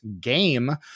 Game